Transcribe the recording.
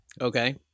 Okay